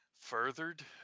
furthered